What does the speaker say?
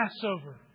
Passover